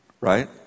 right